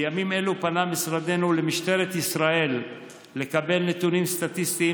בימים אלו פנה משרדנו למשטרת ישראל לקבל נתונים סטטיסטיים